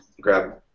grab